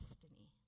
destiny